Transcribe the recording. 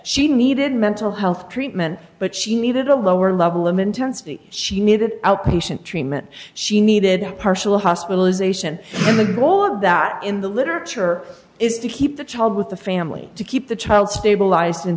she needed mental health treatment but she needed a lower level of intensity she needed outpatient treatment she needed a partial hospitalization and the goal of that in the literature is to keep the child with the family to keep the child stabilized in